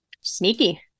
Sneaky